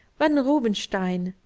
when rubinstein,